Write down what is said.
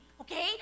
okay